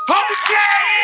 okay